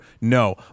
No